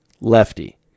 lefty